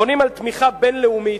בונים על תמיכה בין-לאומית,